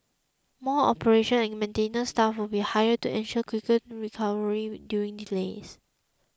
more operations and maintenance staff will be hired to ensure quicker recovery during delays